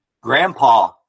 Grandpa